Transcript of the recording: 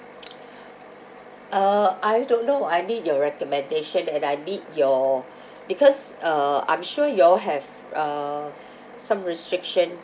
uh I don't know I need your recommendation and I need your because uh I'm sure you all have uh some restriction